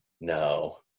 No